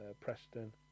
Preston